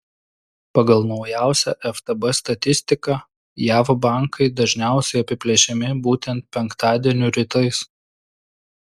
pagal naujausią ftb statistiką jav bankai dažniausiai apiplėšiami būtent penktadienių rytais